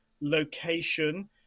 location